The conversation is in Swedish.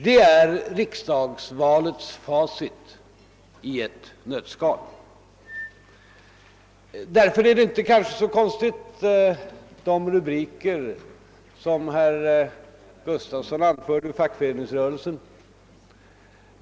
Det är riksdagsvalets facit i ett nötskal. Och därför är kanske de rubriker som herr Gustafson i Göteborg anförde ur tidskriften Fackföreningsrörelsen inte så anmärkningsvärda.